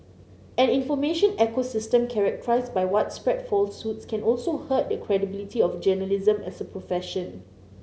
an information ecosystem characterised by widespread falsehoods can also hurt the credibility of journalism as a profession